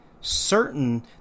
certain